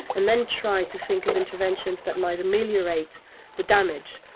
and then try to think of interventions that might ameliorate the damage.